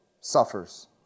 suffers